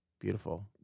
Beautiful